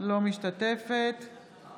אינה